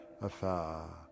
afar